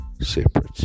separate